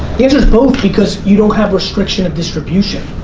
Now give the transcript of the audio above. the answers both because you don't have restriction of distribution.